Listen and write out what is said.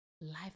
life